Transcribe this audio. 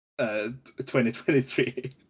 2023